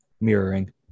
mirroring